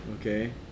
Okay